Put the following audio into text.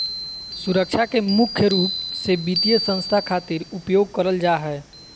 सुरक्षा के मुख्य रूप से वित्तीय संस्था खातिर उपयोग करल जा हय